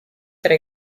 tra